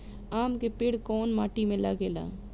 आम के पेड़ कोउन माटी में लागे ला?